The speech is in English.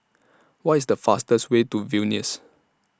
What IS The fastest Way to Vilnius